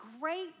great